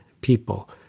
people